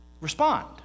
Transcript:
respond